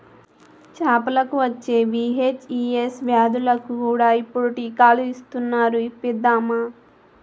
చేపలకు వచ్చే వీ.హెచ్.ఈ.ఎస్ వ్యాధులకు కూడా ఇప్పుడు టీకాలు ఇస్తునారు ఇప్పిద్దామా